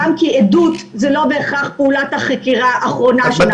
גם כי עדות זה לא בהכרח פעולת החקירה האחרונה שנעשתה.